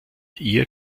ihr